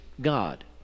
God